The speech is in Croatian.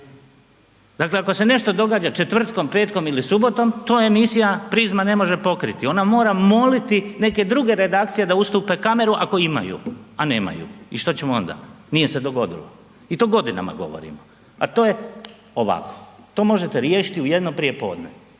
Dakle ako se nešto događa četvrtkom, petkom ili subotom, to je emisija „Prizma“ ne može pokriti, ona mora moliti neke druge redakcije da ustupe kameru ako imaju, a nemaju i što ćemo onda? Nije se dogodilo. I to godinama govorimo. A to je ovako, to možete riješiti u jedno prijepodne